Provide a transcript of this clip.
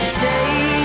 take